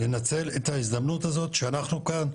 לנצל את ההזדמנות הזאת שאנחנו כאן,